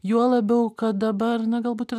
juo labiau kad dabar na galbūt ir